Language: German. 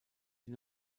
die